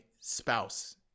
spouse